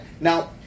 Now